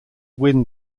win